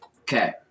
Okay